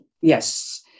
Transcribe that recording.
Yes